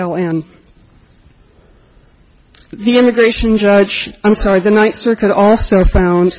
know and the immigration judge i'm sorry the ninth circuit also found